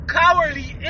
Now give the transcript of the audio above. cowardly